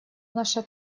наша